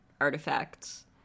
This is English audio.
Artifacts